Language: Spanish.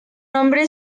hombre